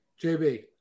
JB